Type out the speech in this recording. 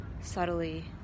subtly